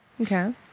Okay